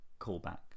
callback